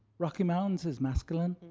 rocky mountains is masculine.